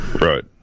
right